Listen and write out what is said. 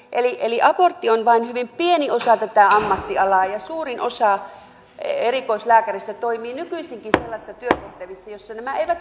eli abortti on vain hyvin pieni osa tätä ammattialaa ja suurin osa erikoislääkäreistä toimii nykyisinkin sellaisissa työtehtävissä joissa nämä eivät kuulu heille